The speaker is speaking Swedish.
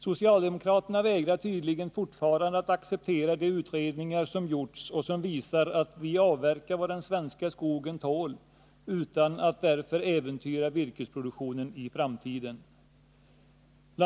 Socialdemokraterna vägrar tydligen fortfarande att acceptera de utredningar som gjorts och som visar att vi avverkar vad den svenska skogen tål, utan att därför äventyra virkesproduktionen i framtiden.